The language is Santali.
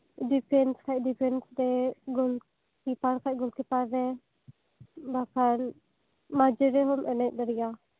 ᱰᱤᱯᱷᱮᱱᱥ ᱠᱷᱟᱱ ᱰᱤᱯᱷᱮᱱᱥ ᱨᱮ ᱜᱳᱞ ᱠᱤᱯᱟᱨ ᱠᱷᱟᱡ ᱜᱳᱞ ᱠᱤᱯᱟᱨ ᱨᱮ ᱵᱟᱠᱷᱟᱱ ᱢᱟᱡᱷᱮ ᱨᱮᱦᱚᱸᱢ ᱮᱱᱮᱡ ᱫᱟᱲᱮᱭᱟᱜᱼᱟ